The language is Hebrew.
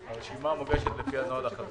מובאת לפי המתכונת החדשה של הנוהל החדש,